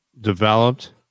developed